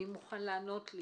מי עונה לי?